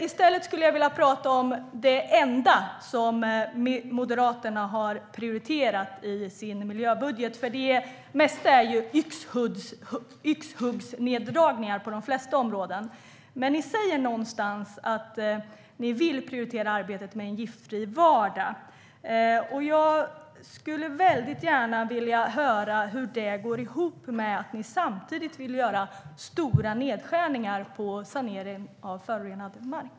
I stället vill jag prata om det enda som Moderaterna har prioriterat i sin miljöbudget, för det är ju mest yxhuggsneddragningar på de flesta områden. Men ni säger någonstans, Johan Hultberg, att ni vill prioritera arbetet med en giftfri vardag. Jag skulle gärna vilja höra hur det går ihop med att ni samtidigt vill göra stora nedskärningar på sanering av förorenad mark.